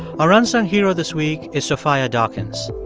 our unsung hero this week is sophia dawkins.